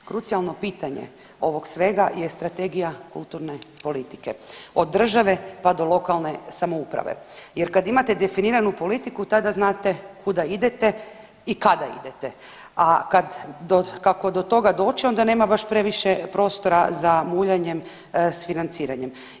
Krucijalno pitanje ovog svega je strategija kulturne politike od države pa do lokalne samouprave jer kada imate definiranu politiku tada znate kuda idete i kada idete, a kako do toga doći onda nema baš previše prostora za muljanjem s financiranjem.